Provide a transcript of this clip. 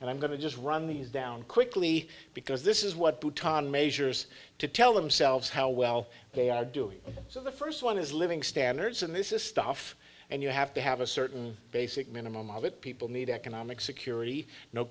and i'm going to just run these down quickly because this is what butan measures to tell themselves how well they are doing so the first one is living standards and this is stuff and you have to have a certain basic minimum of it people need economic security no